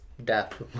death